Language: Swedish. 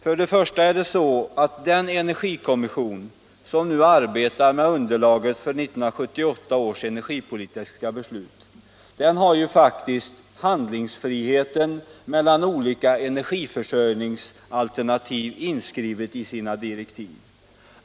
För det första har den energikommission som nu arbetar med underlaget för 1978 års energipolitiska beslut faktiskt handlingsfriheten mellan olika energiförsörjningsalternativ inskriven i sina direktiv.